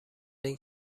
این